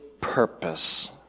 purpose